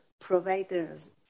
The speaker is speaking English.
providers